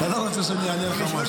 אתה לא רוצה שאני אענה לך משהו.